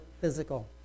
physical